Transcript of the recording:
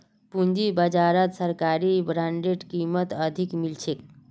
पूंजी बाजारत सरकारी बॉन्डेर कीमत अधिक मिल छेक